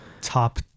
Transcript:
top